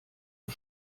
nur